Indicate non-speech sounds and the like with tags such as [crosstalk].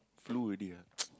flu already [noise]